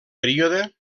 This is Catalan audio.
període